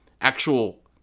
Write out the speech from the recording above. actual